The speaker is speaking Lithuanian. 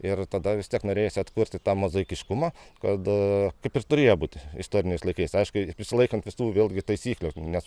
ir tada vis tiek norėjosi atkurti tą mozaikiškumą kad kaip ir turėjo būti istoriniais laikais aišku prisilaikant visų vėlgi taisyklių nes